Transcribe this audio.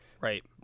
Right